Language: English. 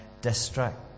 district